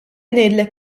ngħidlek